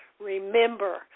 remember